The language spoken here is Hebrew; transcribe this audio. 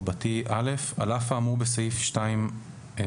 2א.(א)על אף האמור בסעיף 2(א),